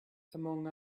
among